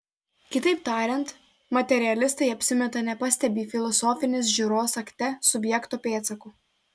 kitaip tariant materialistai apsimeta nepastebį filosofinės žiūros akte subjekto pėdsakų